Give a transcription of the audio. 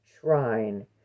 shrine